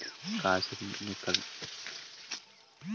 काशिफ़ ने कल ही शेयर मार्केट से कुछ इक्विटी बांड खरीदे है